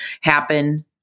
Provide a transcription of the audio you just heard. happen